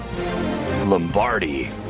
Lombardi